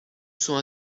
sont